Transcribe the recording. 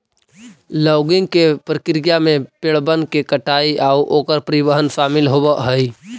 logging के प्रक्रिया में पेड़बन के कटाई आउ ओकर परिवहन शामिल होब हई